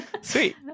sweet